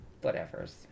whatevers